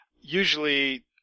usually